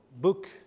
book